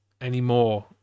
anymore